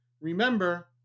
Remember